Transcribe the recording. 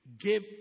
give